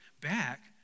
back